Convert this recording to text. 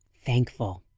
thankful!